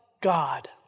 God